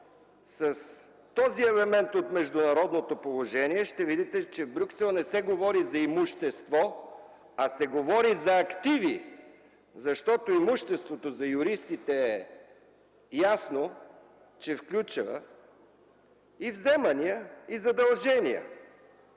с този елемент от международното положение, щяхте да видите, че в Брюксел не се говори за имущество, а се говори за активи, защото за юристите е ясно, че имуществото включва и вземания, и задължения.